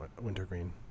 Wintergreen